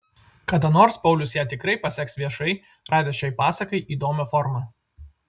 kada nors paulius ją tikrai paseks viešai radęs šiai pasakai įdomią formą